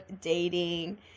dating